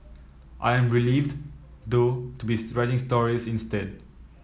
I am relieved though to be writing stories instead